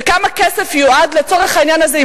וכמה כסף יועד לצורך העניין הזה,